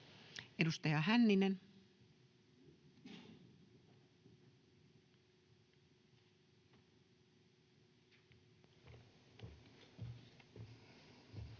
Edustaja Hänninen.